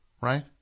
right